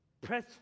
Press